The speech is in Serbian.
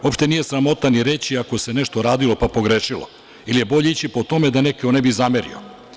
Uopšte nije sramota ni reći ako se nešto radilo pa pogrešilo, ili je bolje ići po tome da neko ne bi zamerio.